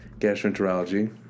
gastroenterology